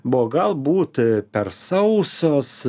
buvo galbūt per sausos